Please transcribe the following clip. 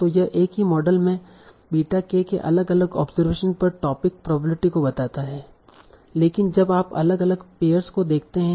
तो यह एक ही मॉडल में बीटा k के अलग अलग ऑब्जरवेशन पर टोपिक प्रोबेबिलिटी को बताता है लेकिन अब आप अलग अलग पेयर्स को देखते हैं